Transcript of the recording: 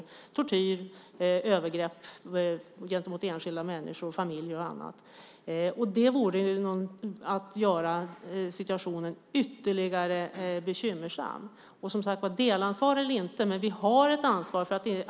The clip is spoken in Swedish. Jag tänker på tortyr, övergrepp gentemot enskilda människor, familjer och annat. Det vore att göra situationen ytterligare bekymmersam. Och, som sagt var, man kan prata om delansvar eller inte, men vi har ett ansvar.